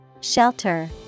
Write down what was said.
Shelter